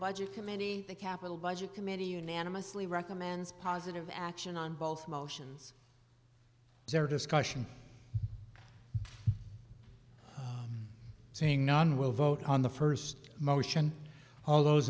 budget committee the capital budget committee unanimously recommends positive action on both motions their discussion saying no one will vote on the first motion all those